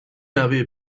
نوه